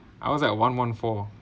I was like one one four